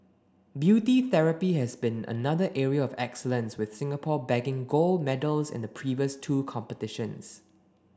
beauty therapy has been another area of excellence with Singapore bagging gold medals in the previous two competitions